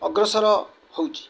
ଅଗ୍ରସର ହଉଛି